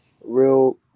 real